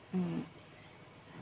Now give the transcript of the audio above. mm